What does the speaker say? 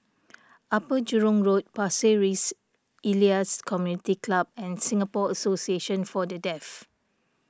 Upper Jurong Road Pasir Ris Elias Community Club and Singapore Association for the Deaf